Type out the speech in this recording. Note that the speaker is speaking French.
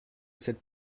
cette